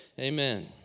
Amen